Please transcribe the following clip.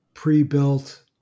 pre-built